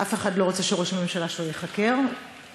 אף אחד לא רוצה שראש הממשלה שלו ייחקר באזהרה,